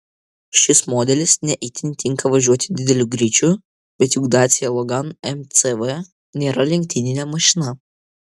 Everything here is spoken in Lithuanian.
šis modelis ne itin tinka važiuoti dideliu greičiu bet juk dacia logan mcv nėra lenktyninė mašina